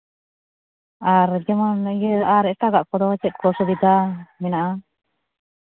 ᱟᱨ ᱡᱮᱢᱚᱱ ᱤᱭᱟᱹ ᱟᱨ ᱮᱴᱟᱜᱟᱜ ᱠᱚᱫᱚ ᱪᱮᱫ ᱠᱚ ᱥᱩᱵᱤᱫᱷᱟ ᱢᱮᱱᱟᱜᱼᱟ